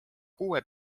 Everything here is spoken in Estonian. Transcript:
kuue